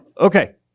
Okay